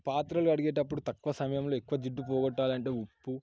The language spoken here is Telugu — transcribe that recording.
పాత్రలు కడిగేటప్పుడు తక్కువ సమయంలో ఎక్కువ జిడ్డు పొగట్టాలంటే ఉప్పు